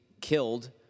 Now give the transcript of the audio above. killed